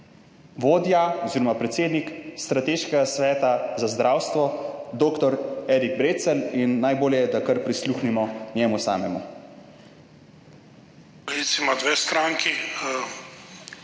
vodja oziroma predsednik Strateškega sveta za zdravstvo, dr. Erik Brecelj in najbolje, da kar prisluhnemo njemu samemu. / predvajan